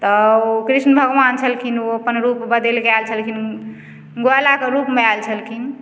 तऽ ओ कृष्ण भगवान छलखिन ओ अपन रूप बदलिके आयल छलखिन ग्वालाके रूपमे आयल छलखिन